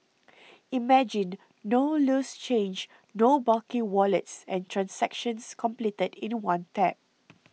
imagine no loose change no bulky wallets and transactions completed in the one tap